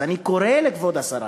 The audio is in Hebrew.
אז אני קורא לכבוד השרה